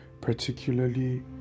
particularly